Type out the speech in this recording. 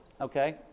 Okay